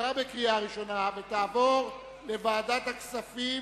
עברה בקריאה ראשונה, ותעבור לוועדת הכספים